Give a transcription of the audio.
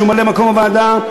שהוא ממלא מקום בוועדה,